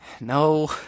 No